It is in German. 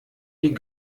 die